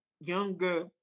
younger